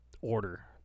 order